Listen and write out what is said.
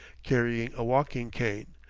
carrying a walking-cane.